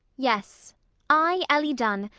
yes i, ellie dunn,